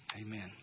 Amen